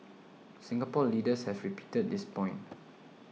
Singapore leaders have repeated this point